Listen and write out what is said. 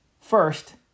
First